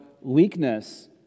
weakness